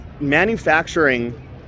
manufacturing